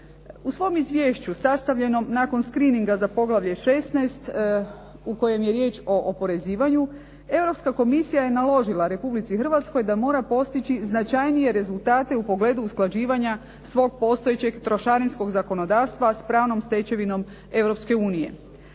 U svom izvješću sastavljenom nakon screeninga za poglavlje 16. u kojem je riječ o oporezivanju Europska komisija je naložila Republici Hrvatskoj da mora postići značajnije rezultate u pogledu usklađivanja svog postojećeg trošarinskog zakonodavstva sa pravnom stečevinom